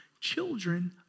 children